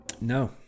No